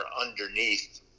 underneath